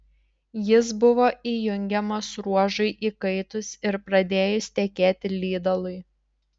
jis buvo įjungiamas ruožui įkaitus ir pradėjus tekėti lydalui